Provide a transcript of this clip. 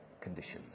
conditions